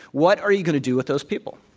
what are you going to do with those people?